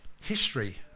history